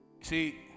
See